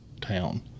town